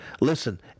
listen